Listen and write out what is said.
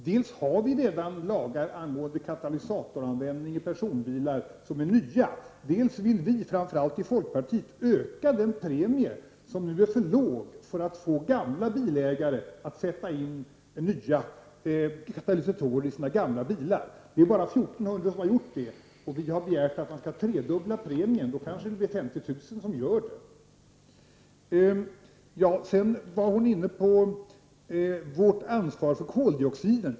Dels har vi redan lagar angående katalysatoranvändning i personbilar som är nya, dels vill framför allt vi folkpartister öka den premie som nu är för låg för att få ägare av gamla bilar att sätta in katalysatorer i sina gamla bilar. Det är bara 1 400 som har gjort det. Vi har begärt att man skall tredubbla premien. Då kanske det blir 50 000 som gör detta. Annika Åhnberg talade också om Sveriges ansvar för koldioxiden.